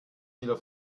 wieder